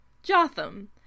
Jotham